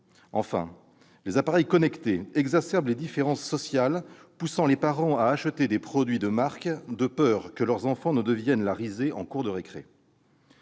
Enfin, les appareils connectés exacerbent les différences sociales, ce qui pousse les parents à acheter des produits de marque, de peur que leurs enfants ne deviennent la risée de leurs camarades